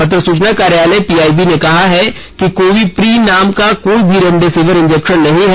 पत्र सूचना कार्यालय पीआईबी ने कहा है कि कोविप्री नाम का कोई भी रेमडेसिविर इंजेक्शन नहीं है